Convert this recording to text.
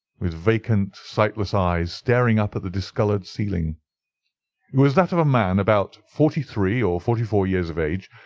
with vacant sightless eyes staring up at the discoloured ceiling. it was that of a man about forty-three or forty-four years of age,